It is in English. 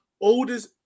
oldest